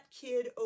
kid